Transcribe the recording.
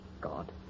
God